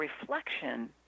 reflection